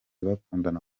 bakundana